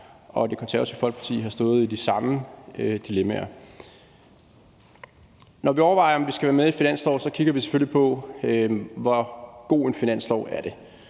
ej. Det Konservative Folkeparti har stået i de samme dilemmaer. Når vi overvejer, om vi skal være med i en finanslov, kigger vi selvfølgelig på, hvor god en finanslov det